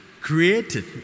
created